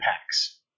packs